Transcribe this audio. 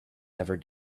never